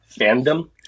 fandom